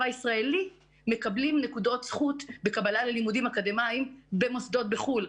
ישראלי מקבלים נקודות זכות בקבלה ללימודים אקדמיים במוסדות בחו"ל,